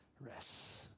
rest